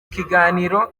kiganiro